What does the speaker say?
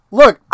look